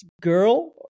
girl